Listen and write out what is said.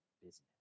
business